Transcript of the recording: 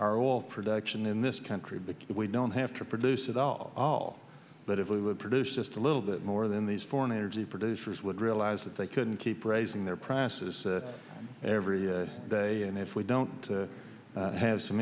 our oil production in this country because we don't have to produce it all but if we would produce just a little bit more then these foreign energy producers would realize that they couldn't keep raising their prices every day and if we don't have some